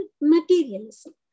materialism